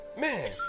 Man